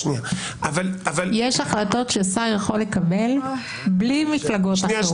יש החלטות ששר יכול לקבל בלי מפלגות אחרות.